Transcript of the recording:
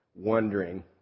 wondering